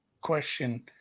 question